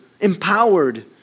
empowered